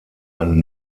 einen